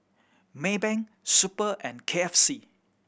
Maybank Super and K F C